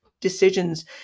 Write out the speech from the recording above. decisions